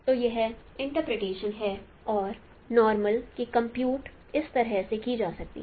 तो यह इंटरप्रिटेशन है और नॉर्मल की कंप्यूट इस तरह से की जा सकती है